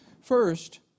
First